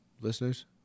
listeners